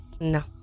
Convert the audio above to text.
No